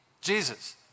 Jesus